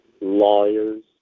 lawyers